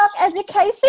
education